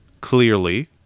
clearly